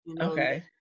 Okay